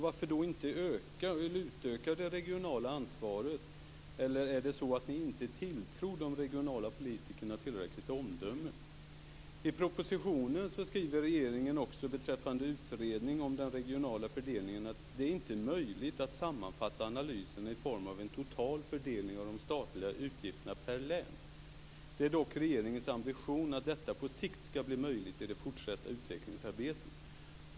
Varför då inte utöka det regionala ansvaret? Eller är det så att ni inte tilltror de regionala politikerna tillräckligt omdöme? I propositionen skriver regeringen också beträffande utredningen om den regionala fördelningen att det inte är möjligt att sammanfatta analysen i form av en total fördelning av de statliga utgifterna per län. Det är dock regeringens ambition att detta på sikt skall bli möjligt i det fortsatta utvecklingsarbetet.